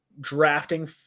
drafting